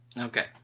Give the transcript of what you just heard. Okay